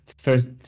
first